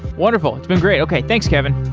wonderful. it's been great. okay, thanks kevin.